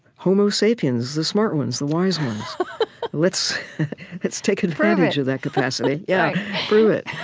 homo sapiens, the smart ones, the wise ones let's let's take advantage of that capacity yeah prove it.